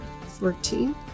Fourteen